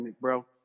bro